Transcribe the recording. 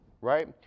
right